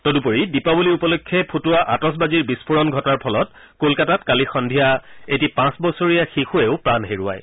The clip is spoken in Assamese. তদুপৰি দীপাবলী উপলক্ষে ফুটোৱা আতচবাজীৰ বিক্ফোৰণ ঘটাৰ ফলত কলকাতাত কালি সদ্ধিয়া এটি পাঁচ বছৰীয়া শিশুৱেও প্ৰাণ হেৰুৱায়